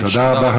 תודה רבה.